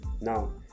Now